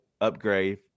upgrade